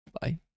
bye